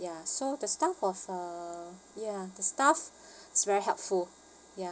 ya so the staff was uh ya the staff is very helpful ya